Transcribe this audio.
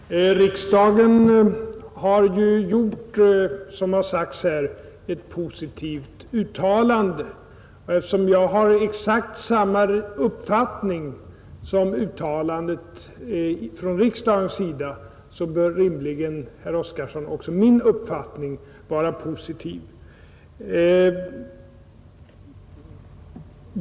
Herr talman! Som här sagts har riksdagen gjort ett positivt uttalande, och eftersom jag har exakt samma uppfattning som det uttalandet återger, herr Oskarson, bör rimligen också min uppfattning vara positiv.